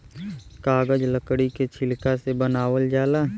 कागज लकड़ी के छिलका से बनावल जाला